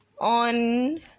on